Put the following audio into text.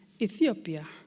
Ethiopia